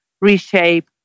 reshape